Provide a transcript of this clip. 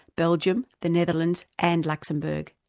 belgium, the netherlands, and luxembourg.